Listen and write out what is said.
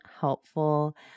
helpful